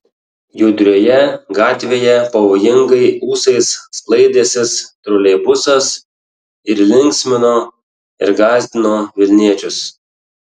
judrioje gatvėje pavojingai ūsais sklaidęsis troleibusas ir linksmino ir gąsdino vilniečius